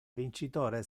vincitore